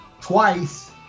twice